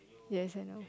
yes I know